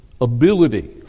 ability